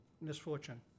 misfortune